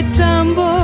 tumble